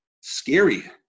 scary